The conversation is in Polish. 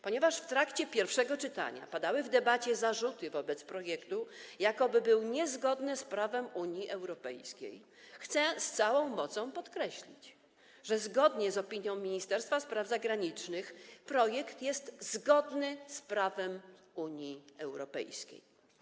Ponieważ w trakcie pierwszego czytania, padały w debacie zarzuty wobec projektu, jakoby był on niezgodny z prawem Unii Europejskiej, chcę z całą mocą podkreślić, że zgodnie z opinią Ministerstwa Spraw Zagranicznych projekt jest zgodny z prawem Unii Europejskiej.